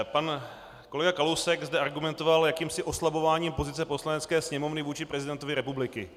Pan kolega Kalousek zde argumentoval jakýmsi oslabováním pozice Poslanecké sněmovny vůči prezidentovi republiky.